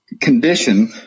Condition